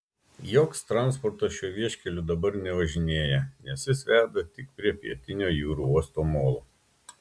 joks transportas šiuo vieškeliu dabar nevažinėja nes jis veda tik prie pietinio jūrų uosto molo